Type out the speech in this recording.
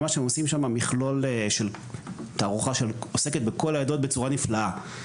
ממש עושים שמה מכלול של תערוכה שעוסקת בכל העדות בצורה נפלאה,